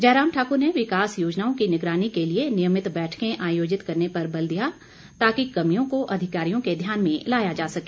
जयराम ठाक्र ने विकास योजनाओं की निगरानी के लिए नियमित बैठकें आयोजित करने पर बल दिया ताकि कमियों को अधिकारियों के ध्यान में लाया जा सके